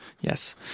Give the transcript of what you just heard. yes